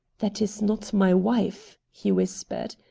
that is not my wife, he whispered.